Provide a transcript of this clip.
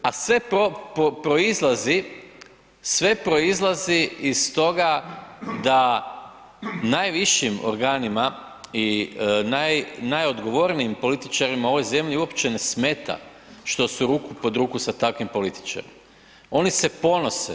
A sve proizlazi iz toga da najvišim organima i najodgovornijim političarima u ovoj zemlji uopće ne smeta što su ruku pod ruku sa takvim političarima, oni se ponose.